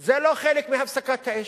זה לא חלק מהפסקת האש,